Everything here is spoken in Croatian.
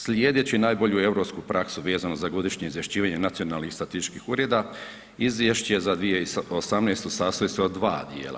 Slijedeći najbolju europsku praksu vezano za godišnje izvješćivanje nacionalnih statističkih ureda, izvješće za 2018. sastoji se od dva djela.